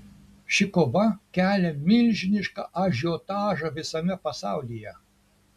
ši kova kelia milžinišką ažiotažą visame pasaulyje